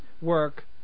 work